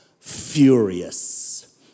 furious